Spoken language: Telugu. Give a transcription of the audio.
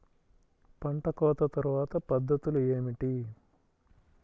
పంట కోత తర్వాత పద్ధతులు ఏమిటి?